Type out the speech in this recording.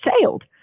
sailed